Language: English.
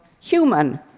human